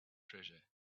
treasure